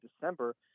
December